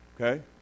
Okay